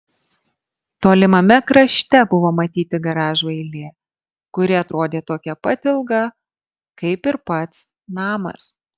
tolimame krašte buvo matyti garažų eilė kuri atrodė tokia pat ilga kaip ir pats namas